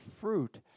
fruit